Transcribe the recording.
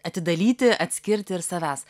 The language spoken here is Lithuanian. atidalyti atskirti ir savęs